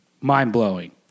mind-blowing